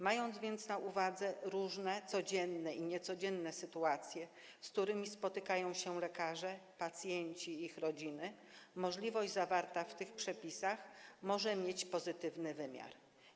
Mając więc na uwadze różne codzienne i niecodzienne sytuacje, z którymi spotykają się lekarze, pacjenci i ich rodziny, możliwość zawarta w tych przepisach może mieć pozytywny wymiar.